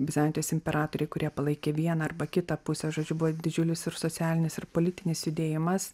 bizantijos imperatoriai kurie palaikė vieną arba kitą pusę žodžiu buvo didžiulis ir socialinis ir politinis judėjimas